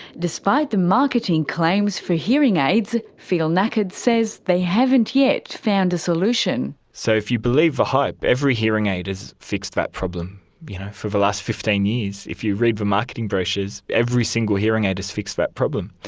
despite the marketing claims of hearing aids, phil nakad says they haven't yet found a solution. so if you believe the hype, every hearing aid has fixed that problem for the last fifteen years. if you read the marketing brochures, every single hearing aid has fixed that problem.